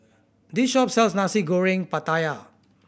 this shop sells Nasi Goreng Pattaya